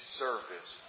service